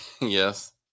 Yes